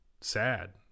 sad